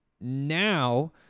now